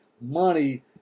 money